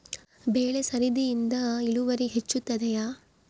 ಬೆಳೆ ಸರದಿಯಿಂದ ಇಳುವರಿ ಹೆಚ್ಚುತ್ತದೆಯೇ?